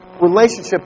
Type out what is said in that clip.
relationship